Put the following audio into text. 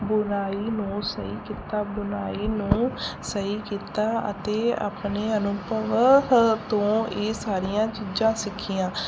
ਬੁਣਾਈ ਨੂੰ ਸਹੀ ਕੀਤਾ ਬੁਣਾਈ ਨੂੰ ਸਹੀ ਕੀਤਾ ਅਤੇ ਆਪਣੇ ਅਨੁਭਵ ਹ ਤੋਂ ਇਹ ਸਾਰੀਆਂ ਚੀਜ਼ਾਂ ਸਿੱਖੀਆਂ